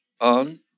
on